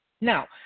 Now